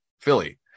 Philly